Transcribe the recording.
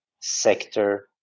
sector